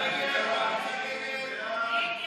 ההסתייגות (205) של חבר הכנסת עיסאווי פריג' לסעיף